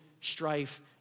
strife